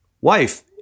wife